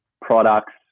products